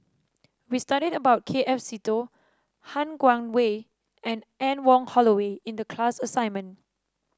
we studied about K F Seetoh Han Guangwei and Anne Wong Holloway in the class assignment